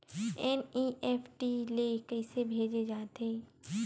NEFT ले कइसे भेजे जाथे?